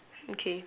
okay